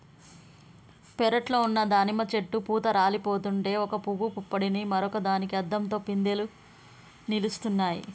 పెరట్లో ఉన్న దానిమ్మ చెట్టు పూత రాలిపోతుంటే ఒక పూవు పుప్పొడిని మరొక దానికి అద్దంతో పిందెలు నిలుస్తున్నాయి